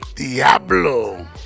diablo